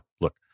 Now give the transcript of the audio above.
look